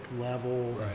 level